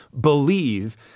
believe